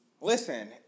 listen